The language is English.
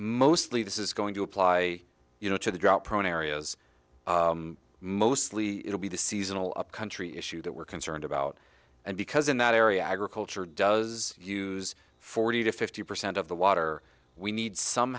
mostly this is going to apply you know to the drought prone areas mostly it will be the seasonal upcountry issue that we're concerned about and because in that area agriculture does use forty to fifty percent of the water we need some